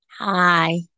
Hi